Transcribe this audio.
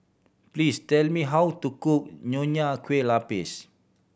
please tell me how to cook Nonya Kueh Lapis